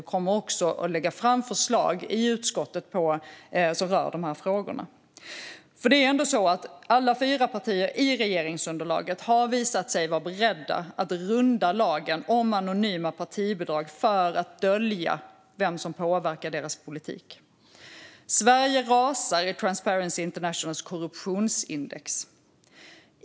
Vi kommer också att lägga fram förslag i utskottet som rör de här frågorna. Alla fyra partier i regeringsunderlaget har visat sig vara beredda att runda lagen om anonyma partibidrag för att dölja vem som påverkar deras politik. Sverige rasar i Transparency Internationals korruptionsindex.